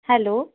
hello